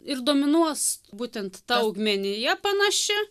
ir dominuos būtent ta augmenyja panaši